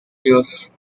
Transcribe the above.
years